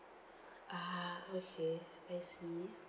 ah okay I see